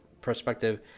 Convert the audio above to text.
perspective